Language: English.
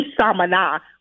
Samana